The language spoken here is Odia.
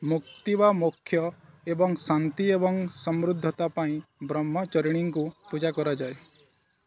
ମୁକ୍ତି ବା ମୋକ୍ଷ ଏବଂ ଶାନ୍ତି ଏବଂ ସମୃଦ୍ଧତା ପାଇଁ ବ୍ରହ୍ମଚରିଣୀଙ୍କୁ ପୂଜା କରାଯାଏ